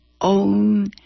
own